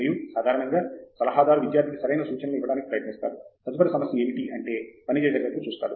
తంగిరాల మరియు సాధారణంగా సలహాదారు విద్యార్థికి సరైన సూచనలను ఇవ్వడానికి ప్రత్నిస్తారు తదుపరి సమస్య ఏమిటి అంటే పనిచేసేటట్లు చూస్తాడు